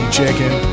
chicken